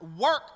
work